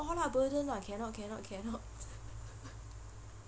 lah burden [what] cannot cannot cannot